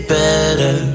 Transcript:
better